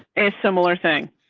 a similar thing.